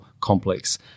complex